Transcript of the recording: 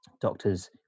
doctors